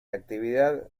actividad